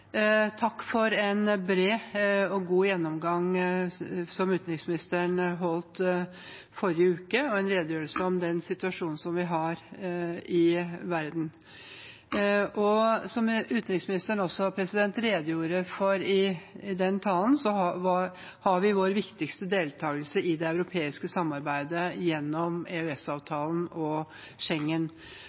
Takk til utenriksministeren for en bred og god gjennomgang i redegjørelsen som ble holdt i forrige uke. Det var en redegjørelse om den situasjonen som vi har i verden. Som utenriksministeren også redegjorde for i den talen, har vi vår viktigste deltagelse i det europeiske samarbeidet gjennom EØS-avtalen og